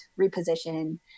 reposition